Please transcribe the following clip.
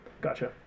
Gotcha